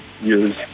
use